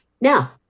Now